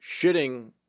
shitting